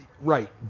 right